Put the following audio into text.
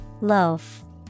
Loaf